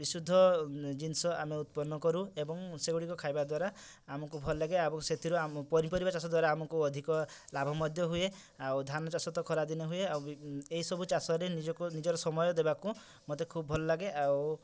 ବିଶୁଦ୍ଧ ଜିନିଷ ଆମେ ଉତ୍ପନ କରୁ ଏବଂ ସେଗୁଡ଼ିକ ଖାଇବା ଦ୍ଵାରା ଆମକୁ ଭଲ ଲାଗେ ଏବଂ ସେଥିରୁ ଆମ ପନିପରିବା ଚାଷ ଦ୍ଵାରା ଆମକୁ ଅଧିକ ଲାଭ ମଧ୍ୟ ହୁଏ ଆଉ ଧାନ ଚାଷ ତ ଖରା ଦିନେ ହୁଏ ଆଉ ଏଇ ସବୁ ଚାଷରେ ନିଜକୁ ନିଜର ସମୟ ଦେବାକୁ ମୋତେ ଖୁବ୍ ଭଲ ଲାଗେ ଆଉ